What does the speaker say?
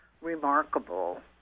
remarkable